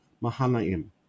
Mahanaim